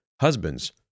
husbands